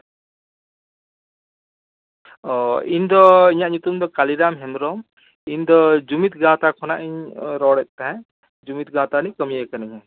ᱚ ᱤᱧ ᱫᱚ ᱤᱧᱟᱜ ᱧᱩᱛᱩᱢ ᱫᱚ ᱠᱟᱞᱤᱨᱟᱢ ᱦᱮᱢᱵᱨᱚᱢ ᱤᱧ ᱫᱚ ᱡᱩᱢᱤᱫ ᱜᱟᱶᱛᱟ ᱠᱷᱚᱱᱟᱜ ᱤᱧ ᱨᱚᱲᱮᱫ ᱛᱟᱦᱮᱸᱫ ᱡᱩᱢᱤᱫ ᱜᱟᱶᱛᱟ ᱨᱮᱱ ᱠᱟᱹᱢᱭᱟᱹ ᱠᱟᱹᱱᱟᱹᱧ ᱦᱮᱸ